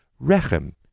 rechem